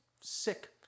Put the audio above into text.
Sick